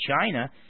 China